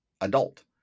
adult